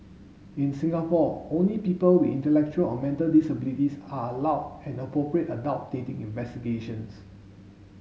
in Singapore only people with intellectual or mental disabilities are allowed an appropriate adult dating investigations